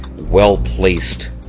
well-placed